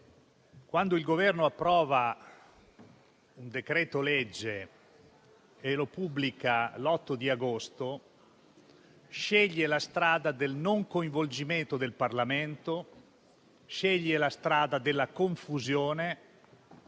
quando il Governo approva un decreto-legge e lo pubblica l'8 agosto sceglie la strada del non coinvolgimento del Parlamento. Sceglie la strada della confusione.